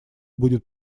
будет